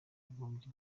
bagombye